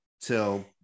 till